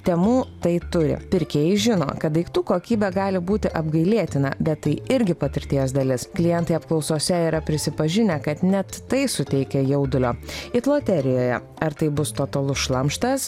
temu tai turi pirkėjai žino kad daiktų kokybė gali būti apgailėtina bet tai irgi patirties dalis klientai apklausose yra prisipažinę kad net tai suteikia jaudulio it loterijoje ar tai bus totalus šlamštas